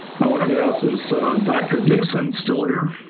i wanted to ask, is dr. dickson still here?